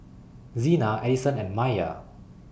Xena Edison and Maiya